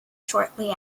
shortly